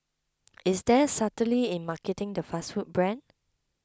is there subtlety in marketing the fast food brand